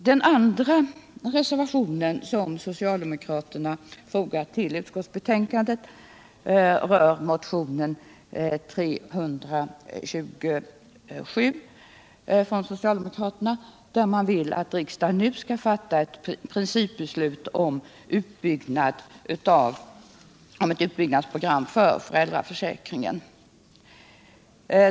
Den andra reservation som socialdemokraterna fogat vid utskottsbetänkandet anknyter till den socialdemokratiska motionen 327, med yrkande om att riksdagen nu skall fatta ett principbeslut om ett utbyggnadsprogram för föräldraförsäkringen.